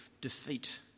defeat